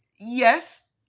yes